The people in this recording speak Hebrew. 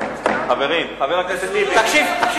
שיכול לדבר ככה על המדינה שלו בפרלמנט שלה?